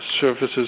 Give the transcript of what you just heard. services